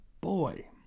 boy